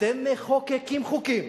אתם מחוקקים חוקים